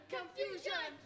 Confusion